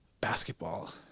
Basketball